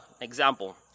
example